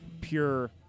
Pure